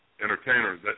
entertainers